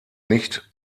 nicht